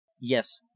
Yes